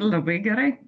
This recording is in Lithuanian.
labai gerai